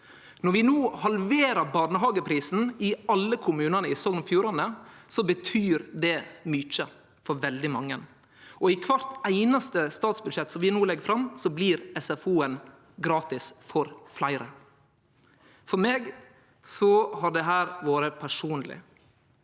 Når vi no halverer barnehageprisen i alle kommunane i Sogn og Fjordane, betyr det mykje for veldig mange, og i kvart einaste statsbudsjett som vi no legg fram, blir SFO gratis for fleire. For meg har dette vore personleg.